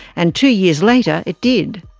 and two years later it did.